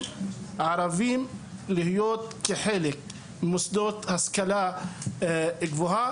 ערבים להיות חלק ממוסדות ההשכלה הגבוהה?